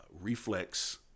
reflex